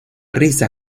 risa